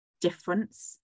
difference